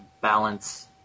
balance